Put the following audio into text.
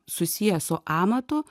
susiję su amatu